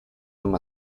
them